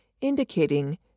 indicating